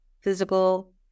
physical